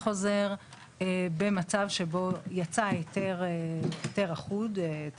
אם הייתה איזושהי הגדרה בחוק שהמפעלים